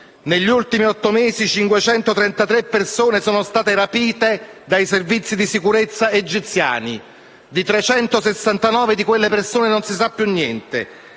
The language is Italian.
Negli ultimi otto mesi 533 persone sono state rapite dai Servizi di sicurezza egiziani. Di 369 di quelle persone non si sa più niente.